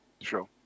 Sure